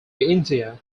india